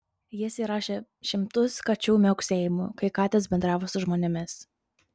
jis įrašė šimtus kačių miauksėjimų kai katės bendravo su žmonėmis